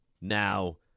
now